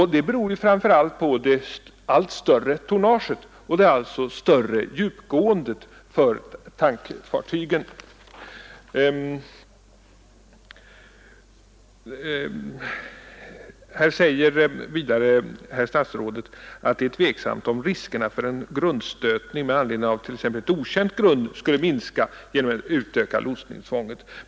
Detta beror framför allt på det allt större tonnaget och det alltså större djupgåendet för tankfartygen. Herr statsrådet säger vidare att det är ”mycket tveksamt, om riskerna för en grundstötning med anledning av t.ex. ett okänt grund skulle minska genom att utöka lotsningstvånget”.